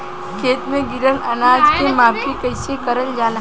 खेत में गिरल अनाज के माफ़ी कईसे करल जाला?